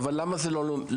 אבל למה זה לא ממוחשב?